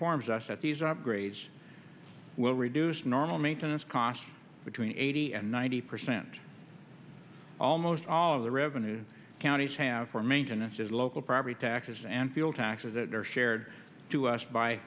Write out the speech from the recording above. forms us that these upgrades will reduce normal maintenance costs between eighty and ninety percent almost all of the revenues counties have for maintenance as local property taxes and fuel taxes that are shared to us by